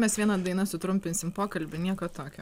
mes viena daina sutrumpinsim pokalbį nieko tokio